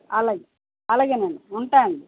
అలాగే అలాగే అండి ఉంటాను అండి